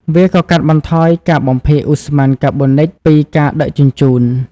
វាក៏កាត់បន្ថយការបំភាយឧស្ម័នកាបូនិចពីការដឹកជញ្ជូន។